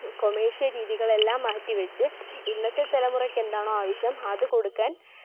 commercial രീതികളെല്ലാം മാറ്റിവെച്ച് ഇന്നത്തെ തലമുറയ്ക്ക് എന്താണോ ആവശ്യം അത് കൊടുക്കാൻ